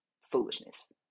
foolishness